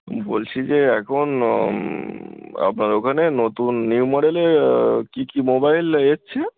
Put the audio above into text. বলছি যে এখন আপনার ওখানে নতুন নিউ মডেলের কি কি মোবাইল এসছে